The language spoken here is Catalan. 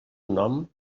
nom